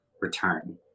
return